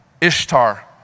Ishtar